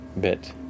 bit